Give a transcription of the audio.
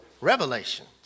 revelation